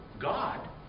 God